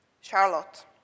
Charlotte